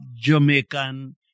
Jamaican